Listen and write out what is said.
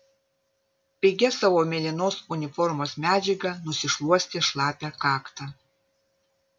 pigia savo mėlynos uniformos medžiaga nusišluostė šlapią kaktą